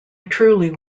truly